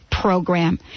Program